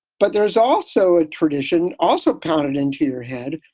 but there is also a tradition also pounded into your head.